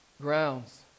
grounds